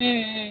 ம்ம்